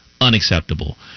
unacceptable